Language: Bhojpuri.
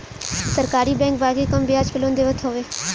सरकारी बैंक बाकी कम बियाज पे लोन देत हवे